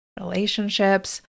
relationships